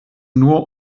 nur